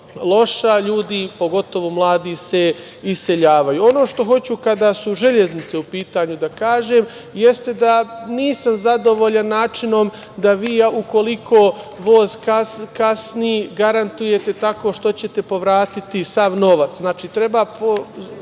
loša. Ljudi, pogotovo mladi se iseljavaju. Ono što hoću, kada su železnice u pitanju da kažem, jeste da nisam zadovoljan načinom da vi ukoliko voz kasni garantujete tako što ćete povratiti sav novac, novac